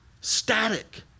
static